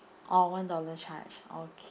orh one dollar charge okay